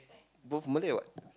both Malay or what